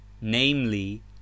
namely